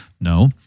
No